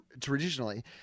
traditionally